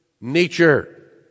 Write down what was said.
nature